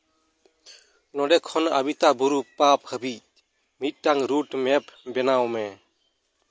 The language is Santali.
ᱱᱚᱰᱮ ᱠᱷᱚᱱ ᱟᱹᱵᱤᱛᱟ ᱵᱩᱨᱩ ᱯᱟᱵᱽ ᱦᱟᱹᱵᱤᱡ ᱢᱤᱫᱴᱟᱝ ᱨᱩᱴ ᱢᱮᱯ ᱵᱮᱱᱟᱣ ᱢᱮ